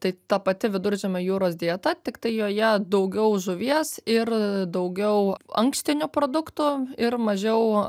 tai ta pati viduržemio jūros dieta tiktai joje daugiau žuvies ir daugiau ankštinių produktų ir mažiau